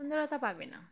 সুন্দরতা পাবে না